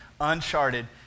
uncharted